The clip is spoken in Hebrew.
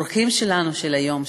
האורחים שלנו של היום,